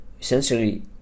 Essentially